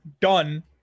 done